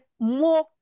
more